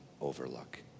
overlook